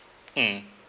mm